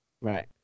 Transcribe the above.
Right